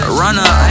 runner